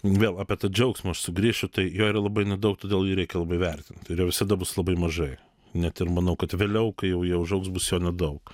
vėl apie tą džiaugsmą aš sugrįšiu tai jo yra labai nedaug todėl jį reikia labai vertint ir jo visada bus labai mažai net ir manau kad vėliau kai jau jie užaugs bus jo nedaug